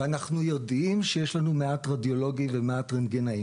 ואנחנו יודעים שיש לנו מעט רדיולוגים ומעט רנטגנאים.